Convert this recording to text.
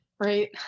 Right